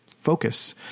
focus